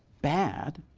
bad,